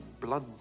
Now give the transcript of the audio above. blood